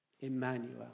Emmanuel